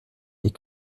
des